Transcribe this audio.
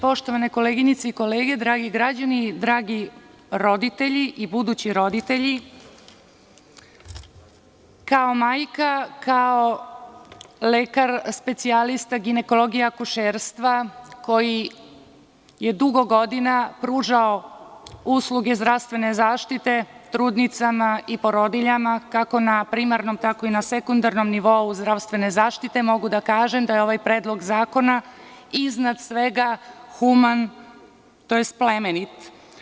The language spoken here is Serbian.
Poštovane koleginice i kolege, dragi građani, dragi roditelji i budući roditelji, kao majka, kao lekar specijalista ginekologije i akušerstva koji je dugo godina pružao usluge zdravstvene zaštite trudnicama i porodiljama, kako na primarnom, tako i na sekundarnom nivou zdravstvene zaštite, mogu da kažem da je ovaj predlog zakona iznad svega human, tj. plemenit.